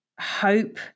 hope